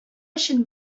өчен